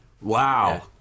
Wow